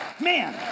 man